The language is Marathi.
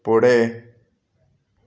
पुढे